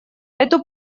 эту